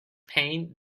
pain